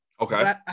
Okay